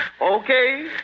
Okay